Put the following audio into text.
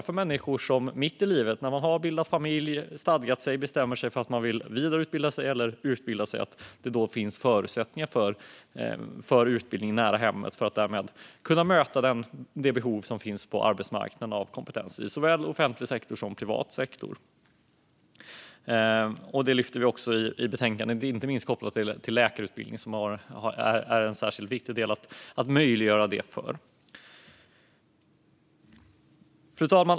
För människor som mitt i livet, efter att ha bildat familj och stadgat sig, bestämmer sig för att vidareutbilda sig eller utbilda sig behöver det finnas förutsättningar för utbildning nära hemmet. Därmed kan man möta det behov som finns på arbetsmarknaden av kompetens i såväl offentlig sektor som privat sektor. Det lyfter vi också fram i betänkandet, inte minst kopplat till läkarutbildningen, som är särskilt viktig att möjliggöra detta för. Fru talman!